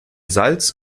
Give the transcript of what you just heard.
salz